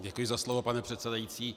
Děkuji za slovo, pane předsedající.